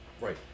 Right